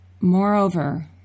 Moreover